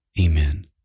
amen